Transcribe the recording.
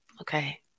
okay